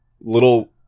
little